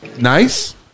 Nice